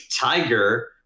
Tiger